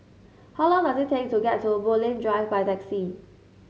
how long does it take to get to Bulim Drive by taxi